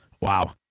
Wow